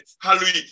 hallelujah